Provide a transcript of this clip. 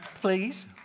please